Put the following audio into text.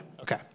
Okay